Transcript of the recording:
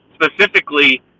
specifically